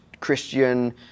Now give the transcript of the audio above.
Christian